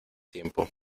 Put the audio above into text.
tiempo